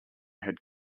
had